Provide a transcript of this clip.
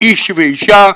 איש ואישה,